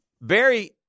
Barry